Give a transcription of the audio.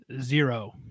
zero